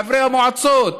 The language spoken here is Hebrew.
חברי המועצות,